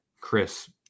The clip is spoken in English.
Chris